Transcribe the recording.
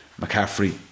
McCaffrey